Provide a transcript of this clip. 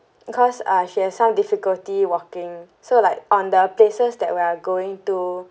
because ah she has some difficulty walking so like on the places that we are going to